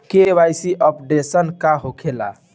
KYC updation का होखेला?